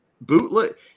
bootleg